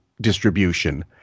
distribution